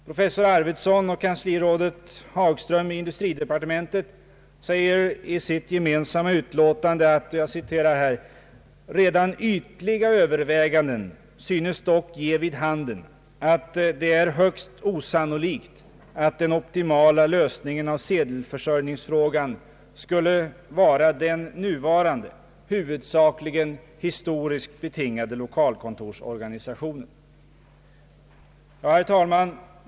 Professor Arvidsson och kanslirådet Hagström i industridepartementet säger i sitt gemensamma utlåtande: »Redan ytliga överväganden synes dock ge vid handen, att det är högst osannolikt att den optimala lösningen av sedelförsörjningsfrågan skul le vara den nuvarande, huvudsakligen historiskt betingade lokalkontorsorganisationen.» Herr talman!